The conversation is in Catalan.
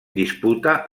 disputa